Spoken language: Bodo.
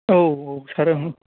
औ औ सार ओं